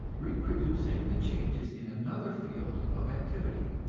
reproducing the changes in another field of activity.